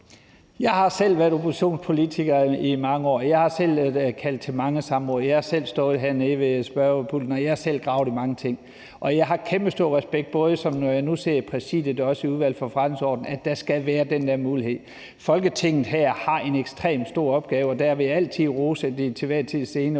Jeg har selv været oppositionspolitiker i mange år, jeg har selv indkaldt til mange samråd, jeg har selv stået hernede ved spørgepulten, og jeg har selv gravet i mange ting. Jeg har kæmpestor respekt for – når jeg nu sidder i Præsidiet og også i Udvalget for Forretningsordenen – at der skal være den her mulighed. Folketinget har en ekstremt stor opgave, og der vil jeg altid rose den til enhver tid